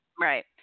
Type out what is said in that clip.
Right